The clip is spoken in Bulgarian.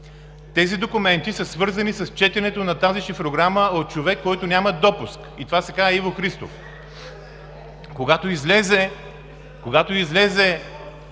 Тези документи са свързани с четенето на тази шифрограма от човек, който няма допуск и това се казва Иво Христов. (Шум, размяна